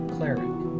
Cleric